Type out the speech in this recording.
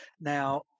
now